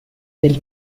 del